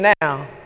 now